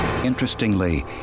Interestingly